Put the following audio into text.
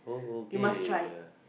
okay